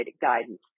guidance